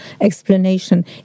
explanation